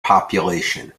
population